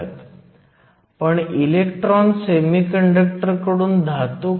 तर पुन्हा एकदा तुमच्याकडे n बाजूवर p बाजू आहे